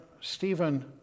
Stephen